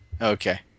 Okay